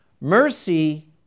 mercy